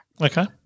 Okay